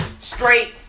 straight